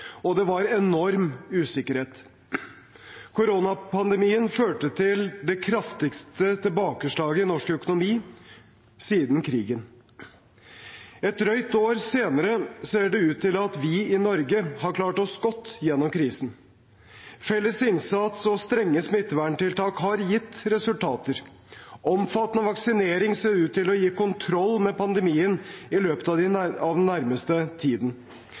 og det var enorm usikkerhet. Koronapandemien førte til det kraftigste tilbakeslaget i norsk økonomi siden krigen. Et drøyt år senere ser det ut til at vi i Norge har klart oss godt gjennom krisen. Felles innsats og strenge smitteverntiltak har gitt resultater. Omfattende vaksinering ser ut til å gi kontroll med pandemien i løpet av den nærmeste tiden.